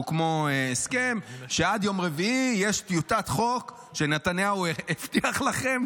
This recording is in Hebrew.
הוא כמו הסכם שעד יום רביעי יש טיוטת חוק שנתניהו הבטיח לכם,